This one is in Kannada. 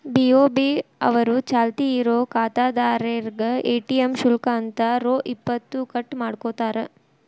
ಬಿ.ಓ.ಬಿ ಅವರು ಚಾಲ್ತಿ ಇರೋ ಖಾತಾದಾರ್ರೇಗೆ ಎ.ಟಿ.ಎಂ ಶುಲ್ಕ ಅಂತ ರೊ ಇಪ್ಪತ್ತು ಕಟ್ ಮಾಡ್ಕೋತಾರ